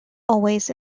always